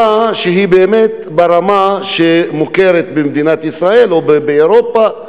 שהיא באמת ברמה שמוכרת במדינת ישראל או באירופה.